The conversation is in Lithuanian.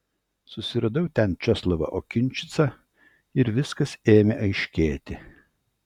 susiradau ten česlovą okinčicą ir viskas ėmė aiškėti